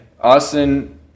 Austin